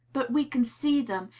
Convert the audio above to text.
but we can see them,